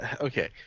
Okay